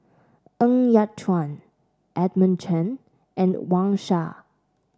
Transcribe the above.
Ng Yat Chuan Edmund Chen and Wang Sha